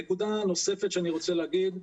נקודה נוספת שאני רוצה להגיד,